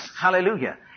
Hallelujah